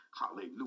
Hallelujah